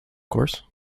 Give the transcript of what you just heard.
course